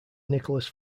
nicholas